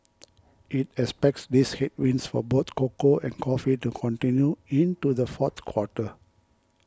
it expects these headwinds for both cocoa and coffee to continue into the fourth quarter